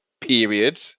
period